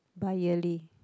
biyearly